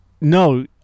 No